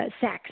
sex